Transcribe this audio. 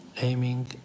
aiming